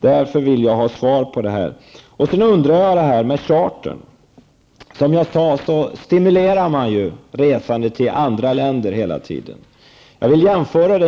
Därför vill jag ha svar på denna fråga. Beträffande charterresor vill jag säga följande. Som jag sade stimuleras hela tiden resande till andra länder. Jag vill göra